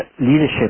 leadership